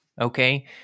okay